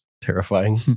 terrifying